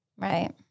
right